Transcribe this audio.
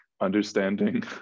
Understanding